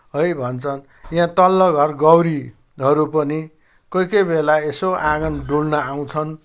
है भन्छ यहाँ तल्लो घर गौरीहरू पनि कोही कोही बेला यसो आँगन डुल्न आउँछन्